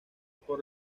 por